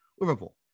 Liverpool